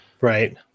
right